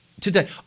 today